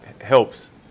helps